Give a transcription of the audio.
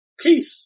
Keith